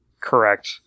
correct